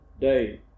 day